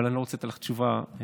אבל אני לא רוצה לתת לך תשובה של